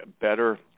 better